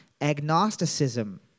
agnosticism